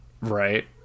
Right